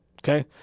Okay